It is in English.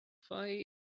fight